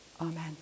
Amen